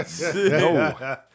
No